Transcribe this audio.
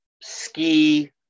ski